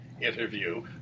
interview